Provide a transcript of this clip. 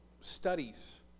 studies